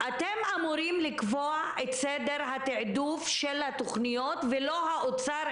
אתם אמורים לקבוע את סדר העדיפויות של התוכניות ולא האוצר,